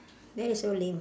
that is so lame